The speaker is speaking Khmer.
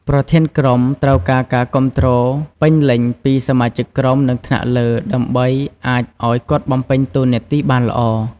ប្រធានក្រុមត្រូវការការគាំទ្រពេញលេញពីសមាជិកក្រុម និងថ្នាក់លើ ដើម្បីអាចឱ្យគាត់បំពេញតួនាទីបានល្អ។